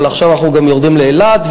אבל עכשיו אנחנו גם יורדים לאילת,